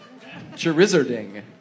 Charizarding